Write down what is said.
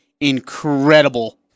incredible